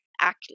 acne